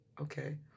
Okay